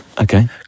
Okay